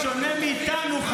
בשונה מאיתנו,